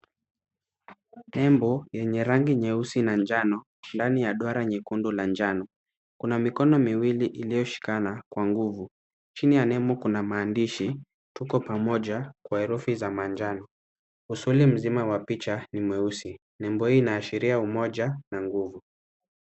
Nembo yenye rangi nyeusi na njano ndani ya duara nyekundu la njano. Kuna mikono miwilI iliyoshikana kwa nguvu. Chini ya nembo kuna maandishi, Tuko Pamoja, kwa herufi za manjano. Usuli mzima wa picha ni mweusi. Nembo hii inaashiria umoja na nguvu.